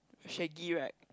shaggy right